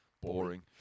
boring